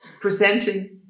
presenting